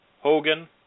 Hogan